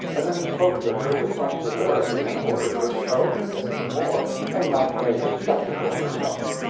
and then spoke to her with some severity and ordered her to go and get some more and not make a spectacle of herself.